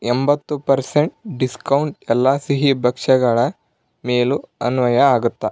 ಎಂಬತ್ತು percent discount ಎಲ್ಲ ಸಿಹಿ ಭಕ್ಷ್ಯಗಳ ಮೇಲೂ ಅನ್ವಯ ಆಗತ್ತಾ